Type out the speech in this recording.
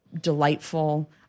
delightful